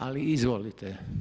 Ali izvolite.